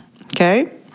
okay